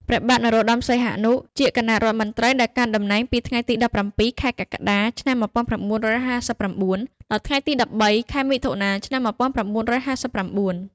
ព្រះបាទនរោត្តម សីហនុ ជាគណៈរដ្ឋមន្ត្រីដែលកាន់តំណែងពីថ្ងៃទី ១៧ ខែកុម្ភៈ ឆ្នាំ១៩៥៩ ដល់ថ្ងៃទី ១៣ ខែមិថុនា ឆ្នាំ១៩៥៩។